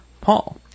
Paul